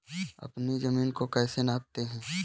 अपनी जमीन को कैसे नापते हैं?